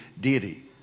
deity